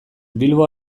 bilbo